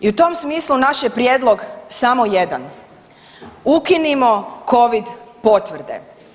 I u tom smislu naš je prijedlog samo jedan, ukinimo covid potvrde.